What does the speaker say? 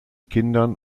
kindern